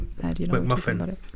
McMuffin